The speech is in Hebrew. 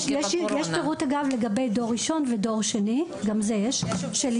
יש פירוט לגבי דור ראשון ודור שני של עולים.